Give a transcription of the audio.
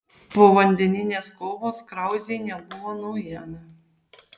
povandeninės kovos krauzei nebuvo naujiena